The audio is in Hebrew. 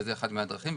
וזאת אחת הדרכים.